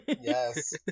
yes